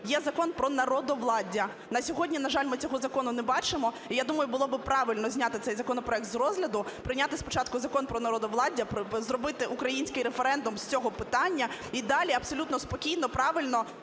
є Закон про народовладдя. На сьогодні, на жаль, ми цього закону не бачимо. І, я думаю, було би правильно зняти цей законопроект з розгляду, прийняти спочатку Закон про народовладдя, зробити український референдум з цього питання і далі абсолютно спокійно, правильно